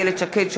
איילת שקד,